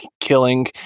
killing